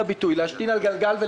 אנחנו